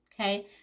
okay